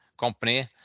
company